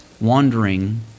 wandering